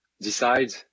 decide